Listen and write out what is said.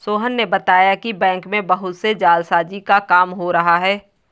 सोहन ने बताया कि बैंक में बहुत से जालसाजी का काम हो रहा है